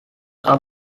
are